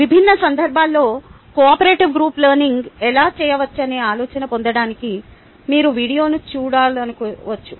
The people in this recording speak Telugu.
విభిన్న సందర్భాల్లో కోఆపరేటివ్ గ్రూప్ లెర్నింగ్ ఎలా చేయవచ్చనే ఆలోచన పొందడానికి మీరు వీడియోను చూడాలనుకోవచ్చు